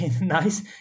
nice